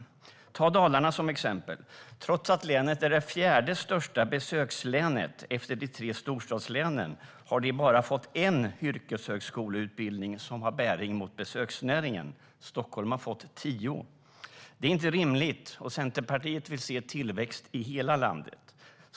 Ta Dalarna som exempel - trots att länet är det fjärde största besökslänet efter de tre storstadslänen har det bara fått en yrkeshögskoleutbildning som har bäring på besöksnäringen. Stockholm har fått tio. Det är inte rimligt. Centerpartiet vill se tillväxt i hela landet.